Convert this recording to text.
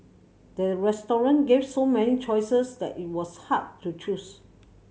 the restaurant gave so many choices that it was hard to choose